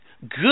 good